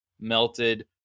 melted